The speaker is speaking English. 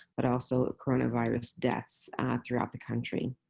but also coronavirus deaths throughout the country.